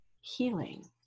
healing